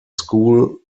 school